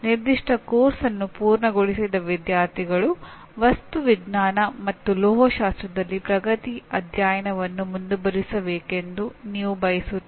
ನಿರ್ದಿಷ್ಟ ಪಠ್ಯಕ್ರಮವನ್ನು ಪೂರ್ಣಗೊಳಿಸಿದ ವಿದ್ಯಾರ್ಥಿಗಳು ವಸ್ತು ವಿಜ್ಞಾನ ಮತ್ತು ಲೋಹಶಾಸ್ತ್ರದಲ್ಲಿ ಪ್ರಗತಿಯ ಅಧ್ಯಯನವನ್ನು ಮುಂದುವರೆಸಬೇಕೆಂದು ನೀವು ಬಯಸುತ್ತೀರಿ